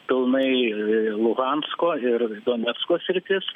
pilnai i luhansko ir donecko sritis